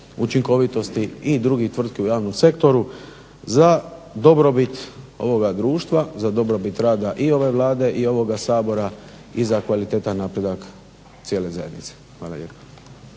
učinkovitosti i drugih tvrtki u javnom sektoru za dobrobit ovoga društva za dobrobit rada i ove Vlade i ovoga Sabora i za kvalitetan napredak cijele zajednice. Hvala lijepa.